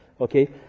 okay